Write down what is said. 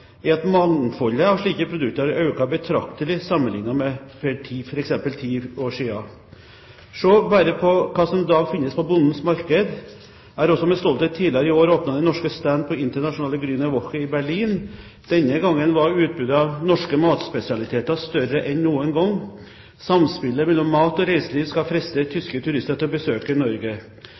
at mangfoldet av slike produkter har økt betraktelig, sammenlignet med for f.eks. ti år siden. Se bare på hva som i dag finnes på Bondens Marked. Jeg har også med stolthet tidligere i år åpnet den norske standen på Internationale Grüne Woche i Berlin. Denne gangen var utbudet av norske matspesialiteter større enn noen gang. Samspillet mellom mat og reiseliv skal friste tyske turister til å besøke Norge. I